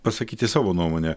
pasakyti savo nuomonę